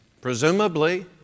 presumably